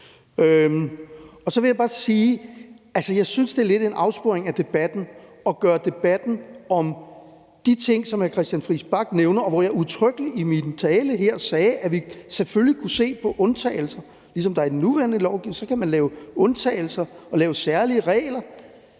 jeg synes, det lidt er en afsporing af debatten at gøre det til en debat om de ting, som hr. Christian Friis Bach nævner, og hvor jeg udtrykkeligt i min tale her sagde, at vi selvfølgelig kunne se på undtagelser, for ligesom det er tilfældet med den nugældende lov, kan man lave undtagelser og lave særlige regler.